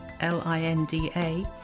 L-I-N-D-A